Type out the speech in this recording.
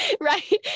right